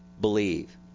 believe